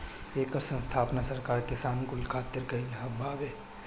एकर स्थापना सरकार किसान कुल खातिर कईले बावे